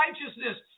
righteousness